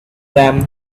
them